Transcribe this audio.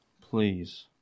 please